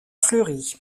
fleury